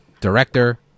director